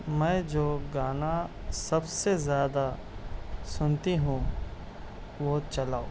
میں جو گانا سب سے زیادہ سنتی ہوں وہ چلاؤ